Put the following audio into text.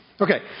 Okay